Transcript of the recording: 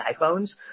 iPhones